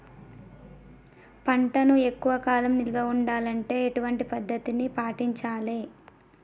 పంటలను ఎక్కువ కాలం నిల్వ ఉండాలంటే ఎటువంటి పద్ధతిని పాటించాలే?